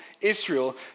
Israel